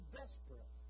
desperate